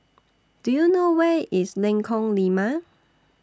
Do YOU know Where IS Lengkong Lima